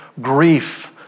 grief